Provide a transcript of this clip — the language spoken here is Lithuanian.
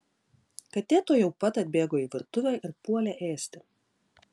katė tuojau pat atbėgo į virtuvę ir puolė ėsti